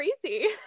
crazy